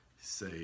say